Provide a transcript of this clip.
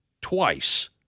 Twice